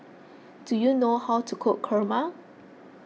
do you know how to cook Kurma